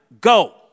Go